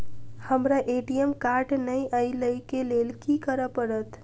हमरा ATM card नै अई लई केँ लेल की करऽ पड़त?